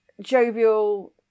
jovial